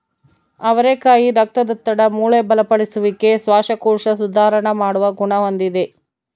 ಅವರೆಕಾಯಿ ರಕ್ತದೊತ್ತಡ, ಮೂಳೆ ಬಲಪಡಿಸುವಿಕೆ, ಶ್ವಾಸಕೋಶ ಸುಧಾರಣ ಮಾಡುವ ಗುಣ ಹೊಂದಿದೆ